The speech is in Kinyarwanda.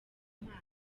mpano